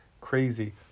crazy